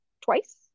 twice